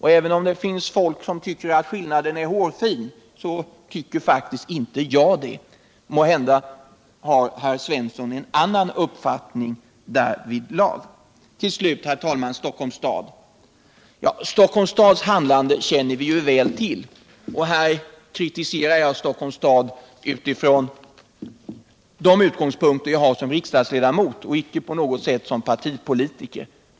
Även om det finns människor som tycker att skillnaden är hårfin, tycker faktiskt inte jag det. Måhända har Olle Svensson en annan uppfattning. Stockholms stads handlande känner vi väl till, och här kritiserar jag Stockholms stad utifrån de utgångspunkter jag har som riksdagsledamot och inte på något sätt som partipolitiker.